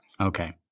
Okay